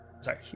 Sorry